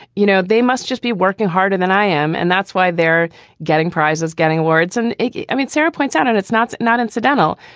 you know, they must just be working harder than i am. and that's why they're getting prizes, getting awards. and i mean, sarah points out and it's not not incidental,